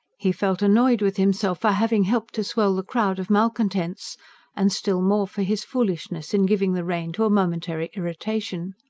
he felt annoyed with himself for having helped to swell the crowd of malcontents and still more for his foolishness in giving the rein to a momentary irritation.